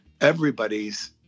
everybody's